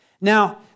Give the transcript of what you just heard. Now